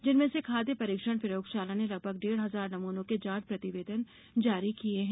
जिनमें से खाद्य परीक्षण प्रयोगशाला ने लगभग डेढ हजार नमूनों के जाँच प्रतिवेदन जारी किये हैं